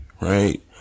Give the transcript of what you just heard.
right